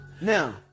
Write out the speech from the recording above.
Now